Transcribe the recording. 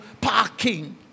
parking